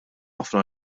ħafna